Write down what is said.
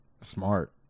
smart